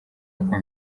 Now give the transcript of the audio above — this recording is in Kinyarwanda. uko